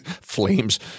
Flames